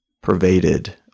pervaded